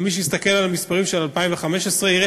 מי שיסתכל על המספרים של 2015 יראה